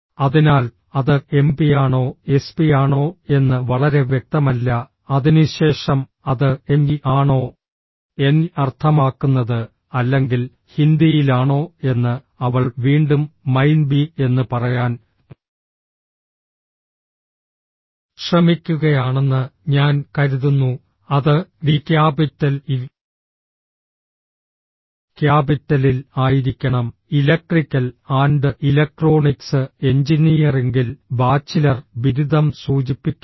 അതിനാൽ അത് എംപിയാണോ എസ്പിയാണോ എന്ന് വളരെ വ്യക്തമല്ല അതിനുശേഷം അത് എംഇ ആണോ എൻഇ അർത്ഥമാക്കുന്നത് അല്ലെങ്കിൽ ഹിന്ദിയിലാണോ എന്ന് അവൾ വീണ്ടും മൈൻ ബിഇ എന്ന് പറയാൻ ശ്രമിക്കുകയാണെന്ന് ഞാൻ കരുതുന്നു അത് ഡി ക്യാപിറ്റൽ ഇ ക്യാപിറ്റലിൽ ആയിരിക്കണം ഇലക്ട്രിക്കൽ ആൻഡ് ഇലക്ട്രോണിക്സ് എഞ്ചിനീയറിംഗിൽ ബാച്ചിലർ ബിരുദം സൂചിപ്പിക്കുന്നു